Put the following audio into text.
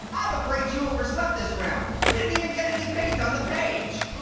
i'm afraid you overslept this round. you didn't even get any paint on the page.